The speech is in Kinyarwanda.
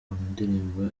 indirimbo